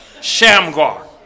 Shamgar